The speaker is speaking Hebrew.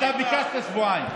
אתה ביקשת שבועיים.